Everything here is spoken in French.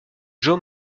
joe